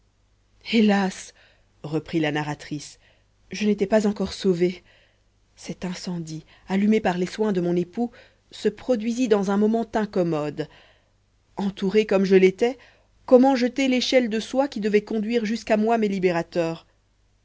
hélas reprit la narratrice je n'étais pas encore sauvée cet incendie allumé par les soins de mon époux se produisit dans un moment incommode entourée comme je l'étais comment jeter l'échelle de soie qui devait conduire jusqu'à moi mes libérateurs